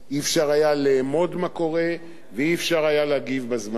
לא היה אפשר לאמוד מה קורה ולא היה אפשר להגיב בזמן.